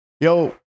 Yo